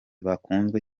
bakunzwe